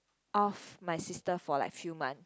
of my sister for like few month